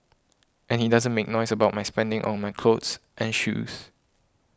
and he doesn't make noise about my spending on my clothes and shoes